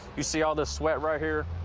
you see all this sweat right here?